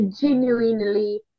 genuinely